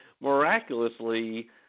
miraculously